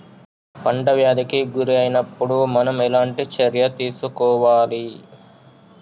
పంట వ్యాధి కి గురి అయినపుడు మనం ఎలాంటి చర్య తీసుకోవాలి?